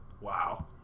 Wow